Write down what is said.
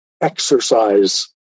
exercise